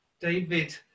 David